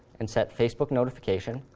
and set facebook notification